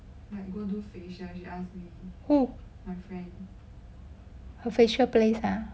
who her facial place ah